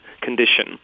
condition